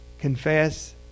confess